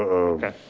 okay.